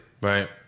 Right